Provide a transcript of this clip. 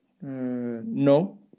No